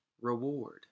reward